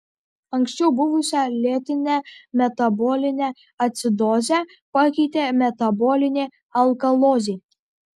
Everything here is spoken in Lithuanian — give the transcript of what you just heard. anksčiau buvusią lėtinę metabolinę acidozę pakeitė metabolinė alkalozė